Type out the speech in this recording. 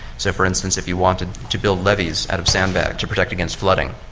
so, for instance, if you wanted to build levees out of sandbags to protect against flooding,